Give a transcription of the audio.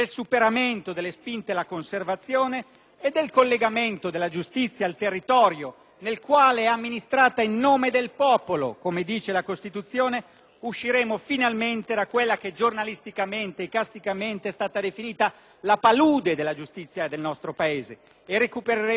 nel quale è amministrata in nome del popolo, come dice la Costituzione, usciremo finalmente da quella che, giornalisticamente e icasticamente, è stata definita la palude della giustizia del nostro Paese e recupereremo la credibilità e l'autorevolezza della nostra funzione di legislatori.